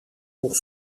pour